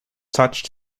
touched